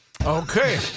Okay